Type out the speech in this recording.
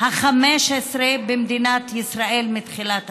ה-15 במדינת ישראל מתחילת השנה.